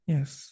Yes